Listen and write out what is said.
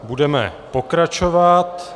Budeme pokračovat.